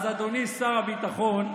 אז אדוני שר הביטחון,